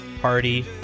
Party